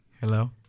Hello